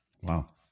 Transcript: Wow